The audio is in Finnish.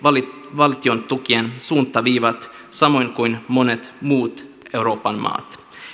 valtiontukien suuntaviivat samoin kuin monet muut euroopan maat